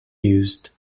used